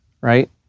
right